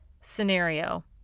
scenario